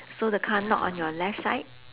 so the car not on your left side